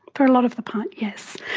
for a lot of the part, yes.